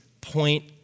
point